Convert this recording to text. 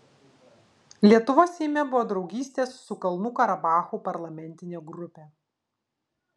lietuvos seime buvo draugystės su kalnų karabachu parlamentinė grupė